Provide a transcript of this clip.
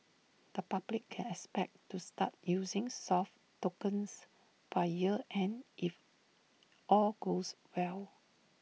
the public can expect to start using soft tokens by year end if all goes well